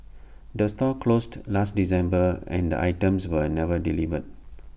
the store closed last December and the items were never delivered